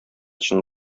чын